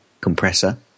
Compressor